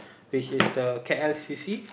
which is the K_L C_C